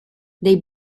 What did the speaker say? they